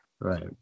Right